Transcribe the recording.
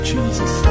Jesus